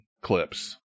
clips